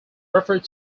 referred